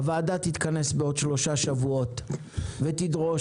הוועדה תתכנס בעוד שלושה שבועות ותדרוש